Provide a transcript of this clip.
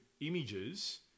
images